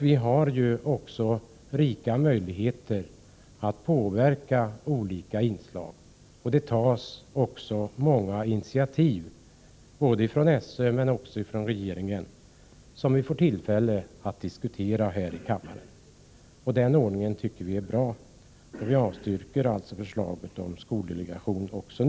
Vi har ju rika möjligheter att påverka olika inslag i skolan. Det tas många initiativ, av såväl SÖ som regeringen, som vi får tillfälle att diskutera här i kammaren. Denna ordning tycker vi är bra och avstyrker alltså förslaget om skoldelegation även nu.